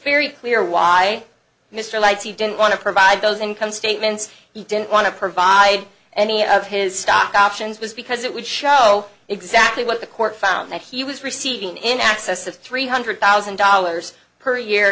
very clear why mister he didn't want to provide those income statements he didn't want to provide any of his stock options was because it would show exactly what the court found that he was receiving in excess of three hundred thousand dollars per year